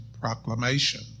Proclamation